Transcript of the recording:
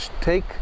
take